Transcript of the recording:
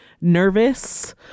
nervous